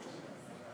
לשבת.